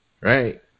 right